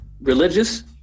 Religious